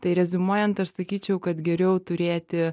tai reziumuojant aš sakyčiau kad geriau turėti